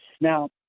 Now